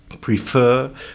prefer